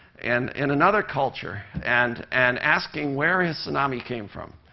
and in another culture, and and asking where his tsunami came from.